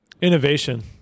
Innovation